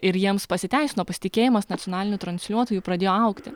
ir jiems pasiteisino pasitikėjimas nacionaliniu transliuotoju pradėjo augti